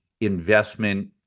investment